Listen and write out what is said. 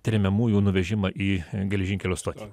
tremiamųjų nuvežimą į geležinkelio stotį